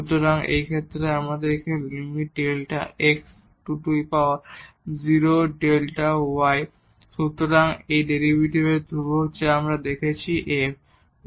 সুতরাং এই ক্ষেত্রে আমরা এখন এখানে এই lim Δ x → 0 Δ y সুতরাং এই ডেরিভেটিভের ধ্রুবক যা আমরা দেখেছি f